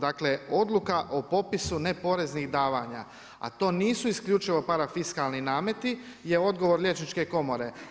Dakle, odluka o popisu neporeznih davanja, a to nisu isključivo parafiskalni nameti, je odgovor Liječničke komore.